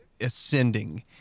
ascending